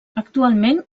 actualment